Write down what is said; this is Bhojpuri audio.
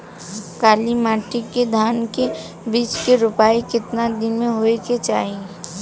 काली मिट्टी के धान के बिज के रूपाई कितना दिन मे होवे के चाही?